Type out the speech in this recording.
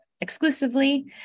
exclusively